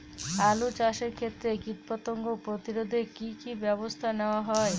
আলু চাষের ক্ষত্রে কীটপতঙ্গ প্রতিরোধে কি কী ব্যবস্থা নেওয়া হয়?